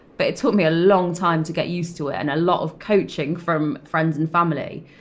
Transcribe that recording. but it took me a long time to get used to it. and a lot of coaching from friends and family.